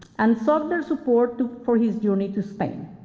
and sought their support for his journey to spain.